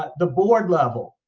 the board level.